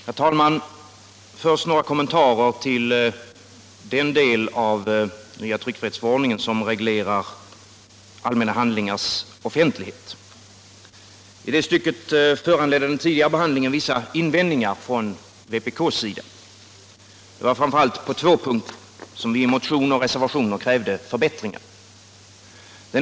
Herr talman! Först några kommentarer till den del av den nya tryckfrihetsförordningen som reglerar allmänna handlingars offentlighet. Den tidigare behandlingen föranledde vissa invändningar från vpk. Det var framför allt på två punkter som vi i motion och reservationer krävde förbättringar.